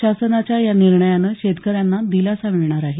शासनाच्या या निर्णयानं शेतक यांना दिलासा मिळणार आहे